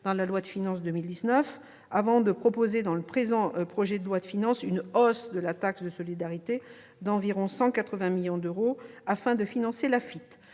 dans la loi de finances pour 2019, avant de proposer dans le présent projet de loi de finances une hausse de la taxe de solidarité d'environ 180 millions d'euros afin de financer l'Afitf.